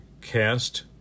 cast